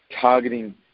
targeting